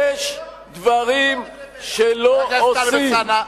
יש דברים שלא עושים.